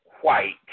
white